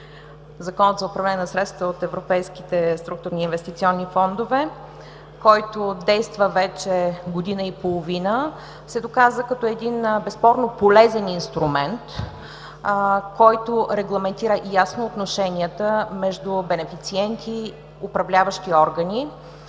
Законът за управление на средствата от европейските структурни и инвестиционни фондове, който действа вече година и половина, се доказа като един безспорно полезен инструмент, който регламентира ясно отношенията между бенефициенти – управляващи органи,